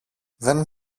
δεν